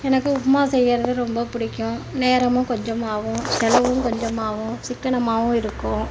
எனக்கு உப்புமா செய்கிறது ரொம்ப பிடிக்கும் நேரமும் கொஞ்சமாவும் செலவு கொஞ்சமாவும் சிக்கனமாவும் இருக்கும்